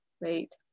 wait